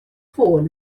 ffôn